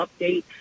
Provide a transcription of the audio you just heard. update